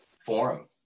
Forum